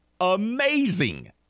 amazing